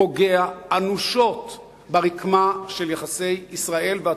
פוגע אנושות ברקמה של יחסי ישראל והתפוצות.